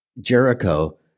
Jericho